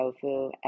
tofu